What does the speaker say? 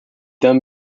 then